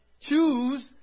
choose